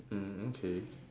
mm okay